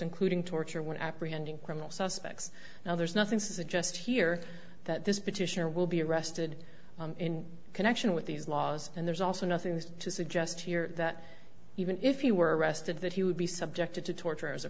including torture when apprehending criminal suspects now there's nothing to suggest here that this petition or will be arrested in connection with these laws and there's also nothing to suggest here that even if you were arrested that he would be subjected to torture as a